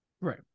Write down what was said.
Right